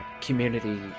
community